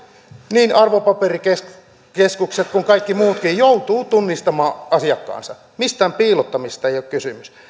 niin arvopaperikeskukset kuin kaikki muutkin joutuvat tunnistamaan asiakkaansa mistään piilottamisesta ei ole kysymys